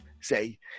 say